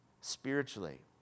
spiritually